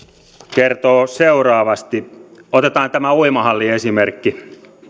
kertoo seuraavasti otetaan tämä uimahalliesimerkki